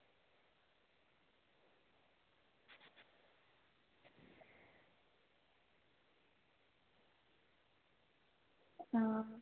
अं